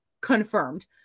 confirmed